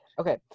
Okay